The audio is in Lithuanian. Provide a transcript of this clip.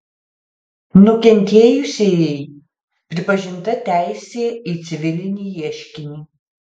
nukentėjusiajai pripažinta teisė į civilinį ieškinį